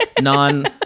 non